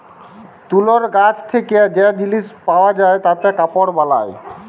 তুলর গাছ থেক্যে যে জিলিস পাওয়া যায় তাতে কাপড় বালায়